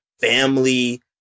family